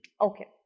Okay